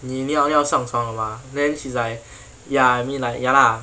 你你要你要上床了吗 then she's like ya I mean like ya lah